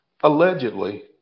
allegedly